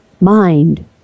mind